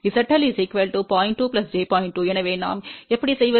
2 எனவே நாம் எப்படி செய்வது